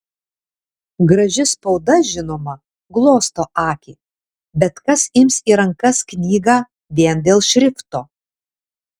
graži spauda žinoma glosto akį bet kas ims į rankas knygą vien dėl šrifto